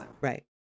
Right